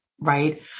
right